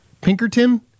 Pinkerton